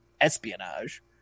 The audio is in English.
espionage